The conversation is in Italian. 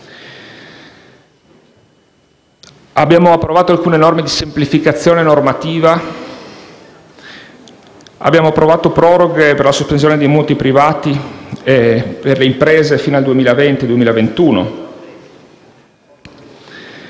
Abbiamo approvato alcune norme di semplificazione normativa. Abbiamo approvato proroghe per la sospensione di mutui privati e per le imprese fino al 2020-2021.